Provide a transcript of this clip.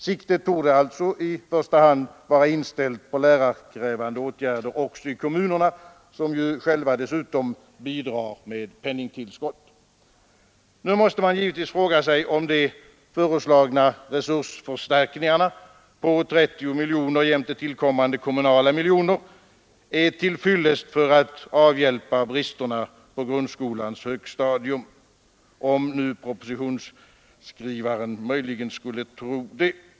Siktet torde alltså i första hand vara inställt på lärarkrävande åtgärder också i kommunerna, som ju dessutom själva bidrar med penningtillskott. Nu kan man givetvis fråga sig om de föreslagna resursförstärkningarna på 30 miljoner är till fyllest för att avhjälpa bristerna på grundskolans högstadium, om propositionsskrivaren möjligen skulle tro det.